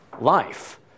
life